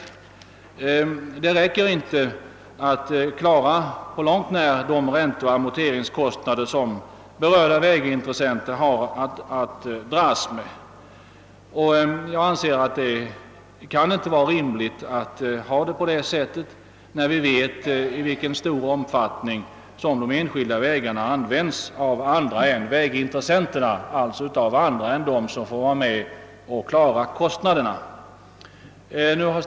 Bidraget räcker inte på långt när för att klara ränteoch amorteringskostnaderna för berörda vägintressenter. Jag anser att det inte kan vara: rimligt att ha det ordnat på det sättet, när man vet i vilken omfattning de enskilda vägarna användes av andra människor än vägintressenterna, d.v.s. av andra än av dem som får bära kostnaderna. Nu har.